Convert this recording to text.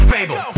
Fable